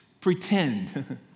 pretend